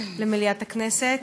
במליאת הכנסת.